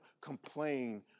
complain